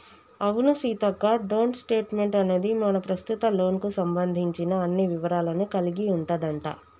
అవును సీతక్క డోంట్ స్టేట్మెంట్ అనేది మన ప్రస్తుత లోన్ కు సంబంధించిన అన్ని వివరాలను కలిగి ఉంటదంట